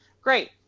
Great